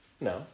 No